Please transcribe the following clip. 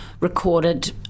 recorded